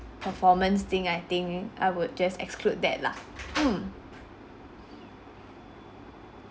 performance thing I think I would just exclude that lah mm